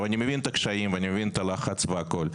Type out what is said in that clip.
אני מבין את הקשיים ואני מבין את הלחץ והכול.